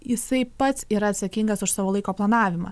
jisai pats yra atsakingas už savo laiko planavimą